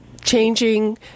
changing